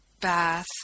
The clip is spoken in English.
Bath